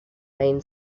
main